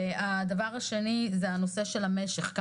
הדבר השני הוא משך הזמן,